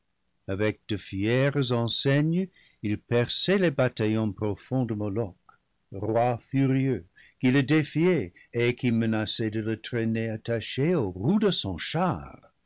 avec de fières enseignes il perçait les bataillons profonds de moloch roi furieux qui le défiait et qui menaçait de le traîner attaché aux roues de son char